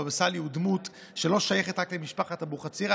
הבבא סאלי הוא דמות שלא שייכת רק למשפחת אבוחצירא,